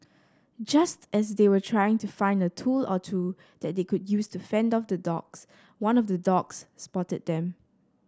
just as they were trying to find a tool or two that they could use to fend off the dogs one of the dogs spotted them